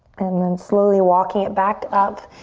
and then slowly walking it back up,